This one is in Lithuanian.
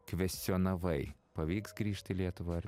kvestionavai pavyks grįžt lietuvą ar